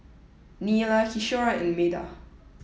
Neila Kishore and Medha